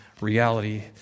reality